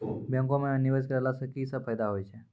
बैंको माई निवेश कराला से की सब फ़ायदा हो छै?